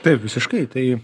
taip visiškai tai